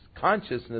consciousness